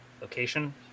location